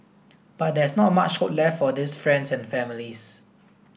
but there's not much hope left for these friends and families